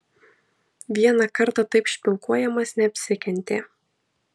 vieną kartą taip špilkuojamas neapsikentė